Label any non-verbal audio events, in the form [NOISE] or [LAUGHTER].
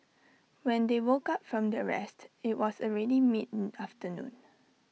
when they woke up from their rest IT was already mid [HESITATION] afternoon